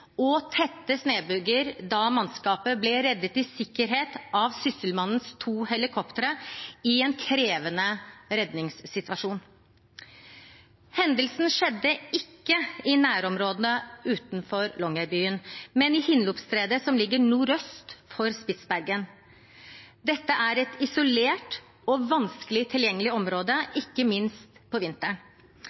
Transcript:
og tette snøbyger da mannskapet ble reddet i sikkerhet av Sysselmannens to helikoptre i en krevende redningssituasjon. Hendelsen skjedde ikke i nærområdene utenfor Longyearbyen, men i Hinlopenstredet, som ligger nordøst for Spitsbergen. Dette er et isolert og vanskelig tilgjengelig område, ikke minst på vinteren.